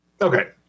Okay